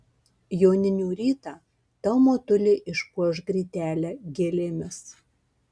joninių rytą tau motulė išpuoš grytelę gėlėmis